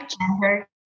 gender